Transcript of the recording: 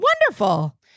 Wonderful